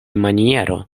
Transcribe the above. maniero